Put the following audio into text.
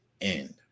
end